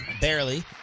Barely